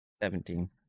seventeen